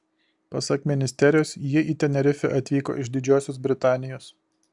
pasak ministerijos jie į tenerifę atvyko iš didžiosios britanijos